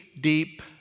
deep